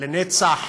"הלנצח